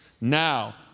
Now